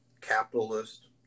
capitalist